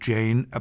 Jane